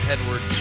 Edward